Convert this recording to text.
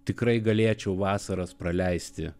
tikrai galėčiau vasaras praleisti